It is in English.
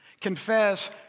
Confess